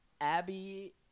Abby